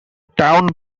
town